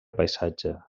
paisatge